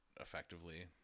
effectively